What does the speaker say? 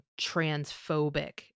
transphobic